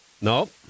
Nope